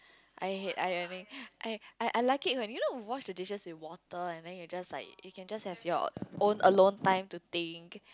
I hate ironing I I I like it when you know you wash the dishes with water and then you just like you can just have your own alone time to think